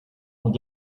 und